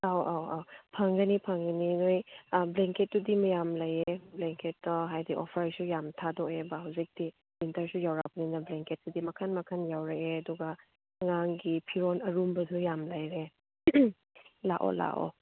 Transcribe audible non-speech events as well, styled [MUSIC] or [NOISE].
ꯑꯧ ꯑꯧ ꯑꯧ ꯐꯪꯒꯅꯤ ꯐꯪꯒꯅꯤ ꯅꯣꯏ ꯑꯥ ꯕ꯭ꯂꯦꯡꯀꯦꯠꯇꯨꯗꯤ ꯃꯌꯥꯝ ꯂꯩꯌꯦ [UNINTELLIGIBLE] ꯍꯥꯏꯗꯤ ꯑꯣꯐꯔꯁꯨ ꯌꯥꯝ ꯊꯥꯗꯣꯛꯑꯦꯕ ꯖꯧꯖꯤꯛꯇꯤ ꯋꯤꯟꯇꯔꯁꯨ ꯌꯧꯔꯛꯂꯕꯅꯤꯅ ꯕ꯭ꯂꯦꯡꯀꯦꯠ ꯄꯨꯗꯤ ꯃꯈꯜ ꯃꯈꯜ ꯌꯧꯔꯛꯑꯦ ꯑꯗꯨꯒ ꯑꯉꯥꯡꯒꯤ ꯐꯤꯔꯣꯟ ꯑꯔꯨꯝꯕꯒꯩ ꯌꯥꯝ ꯂꯩꯔꯦ ꯂꯥꯛꯑꯣ ꯂꯥꯛꯑꯣ